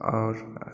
आओर